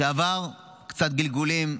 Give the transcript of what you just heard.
שעבר קצת גלגולים,